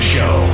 Show